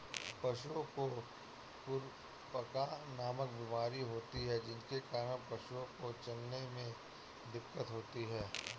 पशुओं में खुरपका नामक बीमारी होती है जिसके कारण पशुओं को चलने में दिक्कत होती है